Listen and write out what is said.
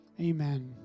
amen